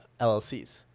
LLCs